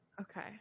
Okay